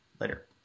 later